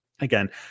again